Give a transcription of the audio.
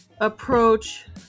approach